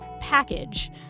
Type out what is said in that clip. package